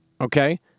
Okay